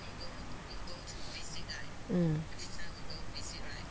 mm